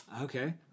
Okay